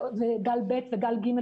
גל ב' וגל ג',